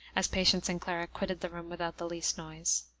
as patience and clara quitted the room without the least noise.